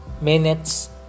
minutes